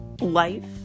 life